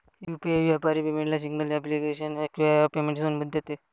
UPI व्यापारी पेमेंटला single application किंवा ॲप पेमेंटची अनुमती देते